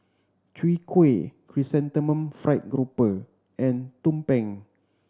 Chwee Kueh Chrysanthemum Fried Grouper and tumpeng